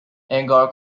انگار